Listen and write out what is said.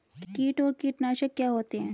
कीट और कीटनाशक क्या होते हैं?